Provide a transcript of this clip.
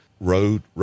road